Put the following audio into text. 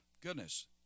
goodness